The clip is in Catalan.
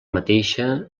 mateixa